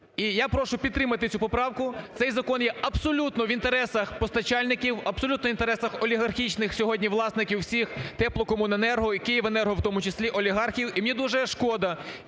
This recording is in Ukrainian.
я прошу підтримати цю поправку. Цей закон є абсолютно в інтересах постачальників, абсолютно в інтересах олігархічних сьогодні власників всіх теплокомуненерго, і "Київенерго", в тому числі олігархів. І мені дуже шкода,